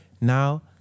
now